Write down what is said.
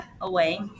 away